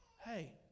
Hey